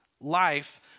life